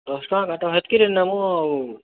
ଦଶ୍ ଟଙ୍କା କାଟ ହେତ୍ କିରେ ନେମୁ ଆଉ